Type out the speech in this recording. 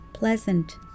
Pleasant